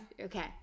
Okay